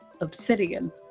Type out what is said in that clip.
Obsidian